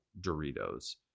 Doritos